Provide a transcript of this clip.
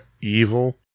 evil